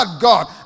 God